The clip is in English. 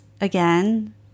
again